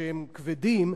שהם כבדים,